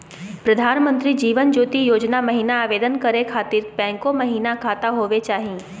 प्रधानमंत्री जीवन ज्योति योजना महिना आवेदन करै खातिर बैंको महिना खाता होवे चाही?